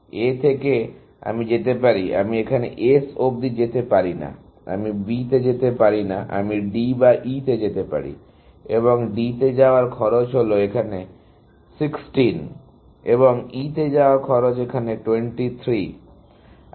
A থেকে আমি যেতে পারি আমি এখানে S অব্দি যেতে পারি না আমি B তে যেতে পারি না আমি D বা E তে যেতে পারি এবং D তে যাওয়ার খরচ হলো এখানে 16 এবং E তে যাওয়ার খরচ এখানে 23